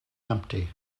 empty